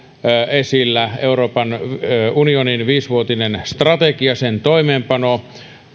esillä euroopan unionin viisivuotisen strategian toimeenpano